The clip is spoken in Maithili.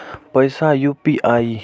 पैसा यू.पी.आई?